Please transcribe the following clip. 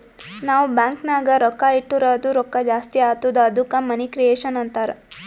ನಾವ್ ಬ್ಯಾಂಕ್ ನಾಗ್ ರೊಕ್ಕಾ ಇಟ್ಟುರ್ ಅದು ರೊಕ್ಕಾ ಜಾಸ್ತಿ ಆತ್ತುದ ಅದ್ದುಕ ಮನಿ ಕ್ರಿಯೇಷನ್ ಅಂತಾರ್